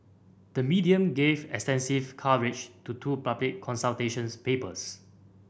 the media gave extensive coverage to two public consultation's papers